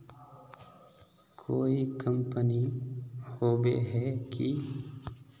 कोई कंपनी होबे है की?